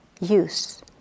use